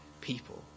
people